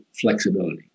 flexibility